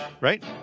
right